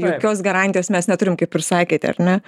jokios garantijos mes neturim kaip ir sakėte ar ne